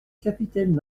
capitaine